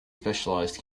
specialized